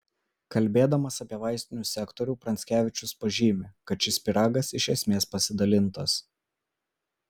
kalbėdamas apie vaistinių sektorių pranckevičius pažymi kad šis pyragas iš esmės pasidalintas